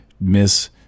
miss